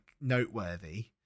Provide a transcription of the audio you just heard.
noteworthy